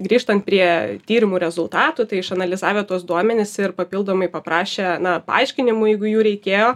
grįžtant prie tyrimų rezultatų tai išanalizavę tuos duomenis ir papildomai paprašę na paaiškinimų jeigu jų reikėjo